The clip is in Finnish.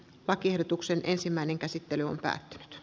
lakiehdotuksen ensimmäinen käsittely on päättynyt